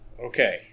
okay